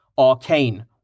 Arcane